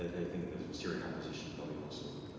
i think the syrian opposition probably also